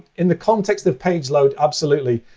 in the context of page load, absolutely.